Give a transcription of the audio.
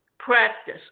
practice